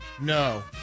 No